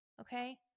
okay